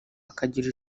akagira